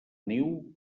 niu